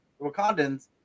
wakandans